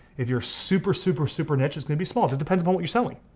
if you're super, super, super, niche it's gonna be small. just depends on what your selling.